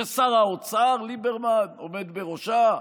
ששר האוצר ליברמן עומד בראשה,